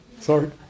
Sorry